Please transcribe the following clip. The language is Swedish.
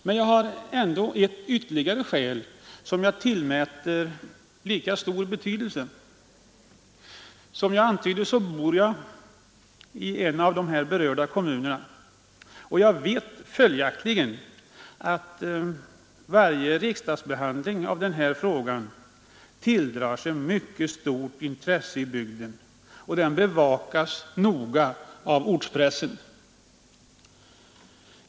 Men jag har ändå ett ytterligare skäl som jag tillmäter lika stor betydelse. Som jag antydde bor jag i en av de berörda kommunerna, och jag vet följaktligen att varje riksdagsbehandling av denna fråga tilldrar sig mycket stort intresse i bygden och noga bevakas av ortspressen.